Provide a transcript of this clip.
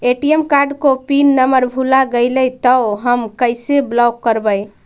ATM card को pin number भुला गैले तौ हम कैसे ब्लॉक करवै?